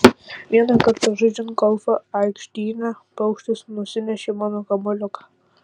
vieną kartą žaidžiant golfą aikštyne paukštis nusinešė mano kamuoliuką